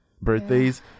Birthdays